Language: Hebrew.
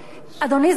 אדוני סגן השר,